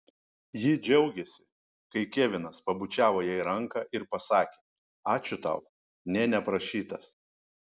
ji džiaugėsi kai kevinas pabučiavo jai ranką ir pasakė ačiū tau nė neprašytas